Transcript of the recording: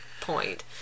point